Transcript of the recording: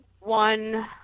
one